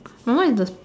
my one is the